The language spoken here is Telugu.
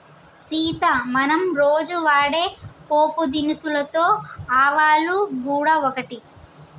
సీత మనం రోజు వాడే పోపు దినుసులలో ఆవాలు గూడ ఒకటి